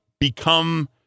become